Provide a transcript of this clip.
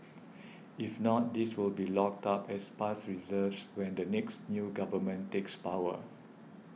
if not these will be locked up as past reserves when the next new government takes power